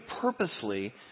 purposely